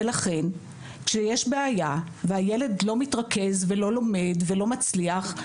ולכן כשיש בעיה והילד לא מתרכז ולא לומד ולא מצליח,